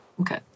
Okay